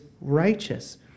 righteous